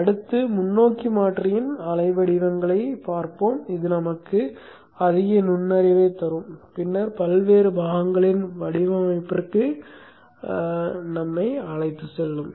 அடுத்து முன்னோக்கி மாற்றியின் அலை வடிவங்களைப் பார்ப்போம் இது நமக்கு அதிக நுண்ணறிவைத் தரும் பின்னர் பல்வேறு கூறுகளின் வடிவமைப்பிற்கு நம்மை அழைத்துச் செல்லும்